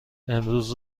امروز